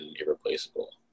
irreplaceable